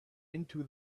into